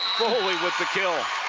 foley with the kill.